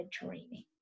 dreaming